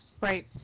Right